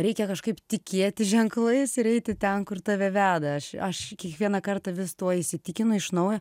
reikia kažkaip tikėti ženklais ir eiti ten kur tave veda aš aš kiekvieną kartą vis tuo įsitikinu iš naujo